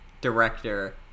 director